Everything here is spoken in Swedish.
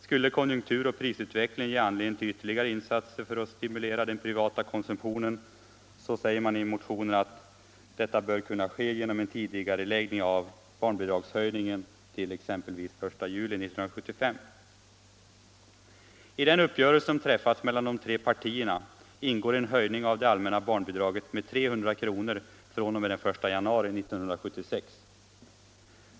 Skulle konjunkturoch prisutvecklingen ge anledning till ytterligare insatser för att stimulera den privata konsumtionen bör detta, heter det i motionen, kunna ske genom en tidigareläggning av barnbidragshöjningen exempelvis till den 1 juli 1975. I den uppgörelse som träffats mellan de tre partierna ingår en höjning av det allmänna barnbidraget med 300 kr. fr.o.m. den 1 januari 1976.